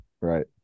Right